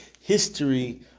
history